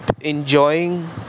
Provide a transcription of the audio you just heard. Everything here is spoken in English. enjoying